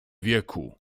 wieku